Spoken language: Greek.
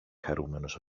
χαρούμενος